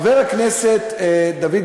כמו שאמרתי,